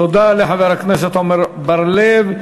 תודה לחבר הכנסת עמר בר-לב.